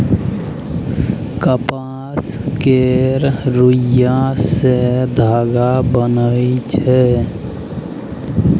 कपास केर रूइया सँ धागा बनइ छै